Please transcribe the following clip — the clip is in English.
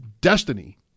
destiny